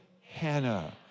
Hannah